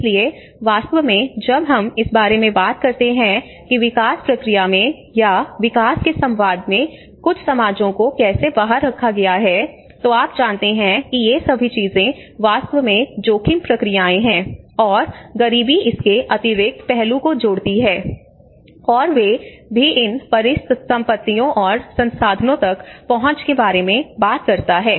इसलिए वास्तव में जब हम इस बारे में बात करते हैं कि विकास प्रक्रिया में या विकास के संवाद में कुछ समाजों को कैसे बाहर रखा गया है तो आप जानते हैं कि ये सभी चीजें वास्तव में जोखिम प्रक्रियाएं हैं और गरीबी इसके अतिरिक्त पहलू को जोड़ती है और वे भी इन परिसंपत्तियों और संसाधनों तक पहुंच के बारे में बात करता है